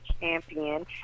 champion